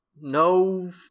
No